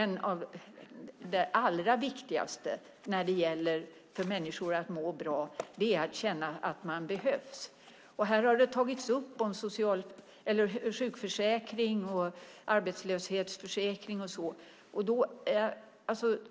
Något av det allra viktigaste för att människan ska må bra är att känna att man behövs. Här har man tagit upp sjukförsäkring, arbetslöshetsförsäkring och så vidare.